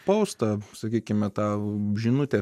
poustą sakykime tau žinutę